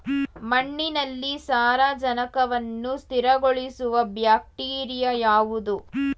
ಮಣ್ಣಿನಲ್ಲಿ ಸಾರಜನಕವನ್ನು ಸ್ಥಿರಗೊಳಿಸುವ ಬ್ಯಾಕ್ಟೀರಿಯಾ ಯಾವುದು?